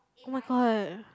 oh-my-god